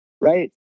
Right